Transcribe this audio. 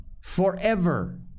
forever